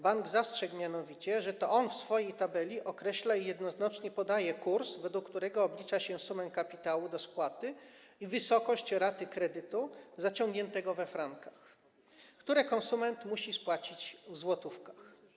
Bank zastrzegł mianowicie, że to on w swojej tabeli określa i jednoznacznie podaje kurs, według którego oblicza się sumę kapitału do spłaty i wysokość raty kredytu zaciągniętego we frankach, które konsument musi spłacić w złotówkach.